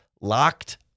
LOCKED